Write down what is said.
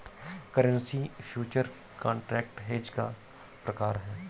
currency future contract hedge का प्रकार है